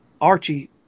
Archie